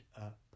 up